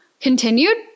continued